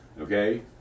Okay